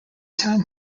time